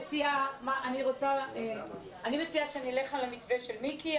יוצא, אני מציעה שנלך על המתווה של מיקי.